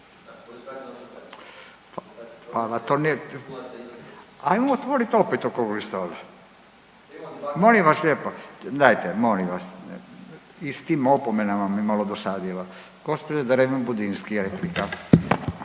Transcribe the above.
Hvala, ajmo otvorit opet okrugli stol. Molim vas lijepo, dajte molim vas i s tim opomenama mi malo dosadilo. Gospođa Dreven Budinski, replika.